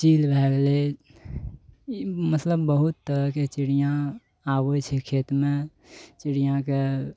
चील भऽ गेलै मतलब बहुत तरहके चिड़िआ आबै छै खेतमे चिड़िआके